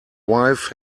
wife